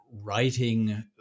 writing